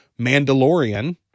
Mandalorian